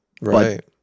Right